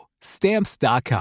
Stamps.com